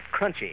crunchy